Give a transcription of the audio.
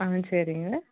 ஆ சரிங்க